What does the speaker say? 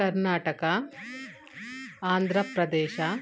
Karnataka Andhra Pradesh